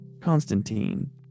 Constantine